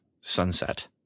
sunset